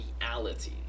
reality